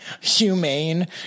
humane